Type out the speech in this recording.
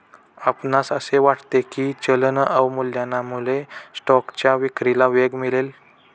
आपणास असे वाटते की चलन अवमूल्यनामुळे स्टॉकच्या विक्रीला वेग मिळेल?